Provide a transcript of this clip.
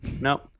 No